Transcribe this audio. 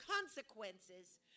consequences